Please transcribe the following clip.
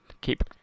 keep